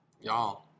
y'all